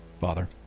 Father